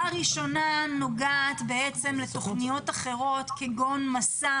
הראשונה נוגעת לתוכניות אחרות כגון מסע